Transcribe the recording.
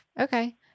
okay